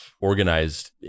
organized